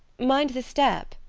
mind the step!